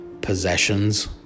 possessions